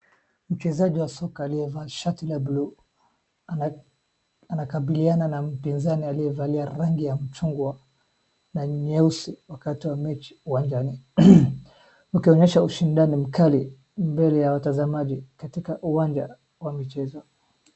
Mchezaji wa soka aliyevaa shati la bluu anakabiliana na mpinzani aliyevalia rangi ya mchungwa na nyeusi wakati wa mechi uwanjani. Wakionyesha ushindani mkali mbele ya watazamaji katika uwanja wa michezo.